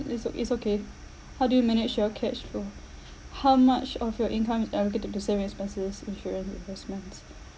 it's o~ it's okay how do you manage your cash flow how much of your income is allocated to savings expenses insurance investments